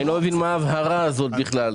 אני לא מבין מה ההבהרה הזאת בכלל.